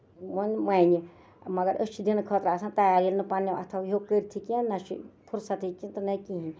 وۄنۍ وَنہِ مَگر أسۍ چھِ دِنہٕ خٲطرٕ آسان تَیار ییٚلہِ نہٕ پَنٕنیو اَتھو ہیوٚک کٔرتھٕے کیٚنٛہہ نہ چھُ فُرصتے کیٚنٛہہ تہٕ نہ کِہینۍ